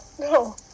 No